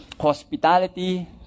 hospitality